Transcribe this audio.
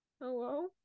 hello